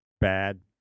bad